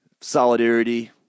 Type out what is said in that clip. solidarity